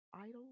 idle